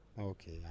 Okay